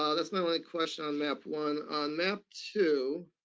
ah that's my only question on map one. on map two,